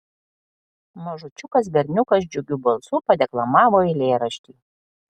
mažučiukas berniukas džiugiu balsu padeklamavo eilėraštį